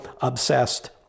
obsessed